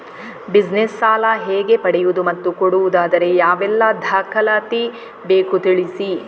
Business ಸಾಲ ಹೇಗೆ ಪಡೆಯುವುದು ಮತ್ತು ಕೊಡುವುದಾದರೆ ಯಾವೆಲ್ಲ ದಾಖಲಾತಿ ಬೇಕು ತಿಳಿಸಿ?